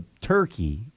turkey